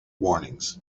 warnings